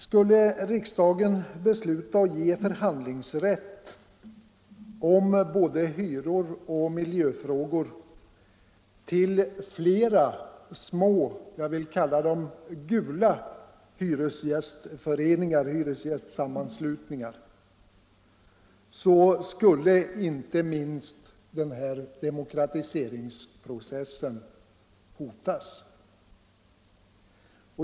Skulle riksdagen besluta att ge förhandlingsrätt om hyror och miljöfrågor till flera små ”gula” hyresgästsammanslutningar skulle denna demokratiseringsprocess kunna hotas.